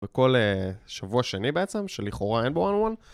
בכל שבוע שני בעצם, שלכאורה אין בו און וול.